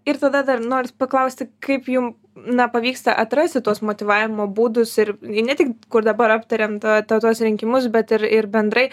ir tada dar noris paklausti kaip jum na pavyksta atrasti tuos motyvavimo būdus ir i ne tik kur dabar aptarėm ta ta tuos rinkimus bet ir ir bendrai